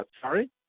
sorry